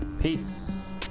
Peace